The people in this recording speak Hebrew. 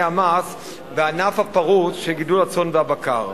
המס בענף הפרוץ של גידול הצאן והבקר.